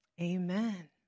Amen